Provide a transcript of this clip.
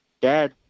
dad